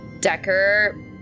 Decker